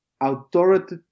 authoritative